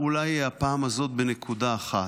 הפעם הזאת אגע אולי בנקודה אחת: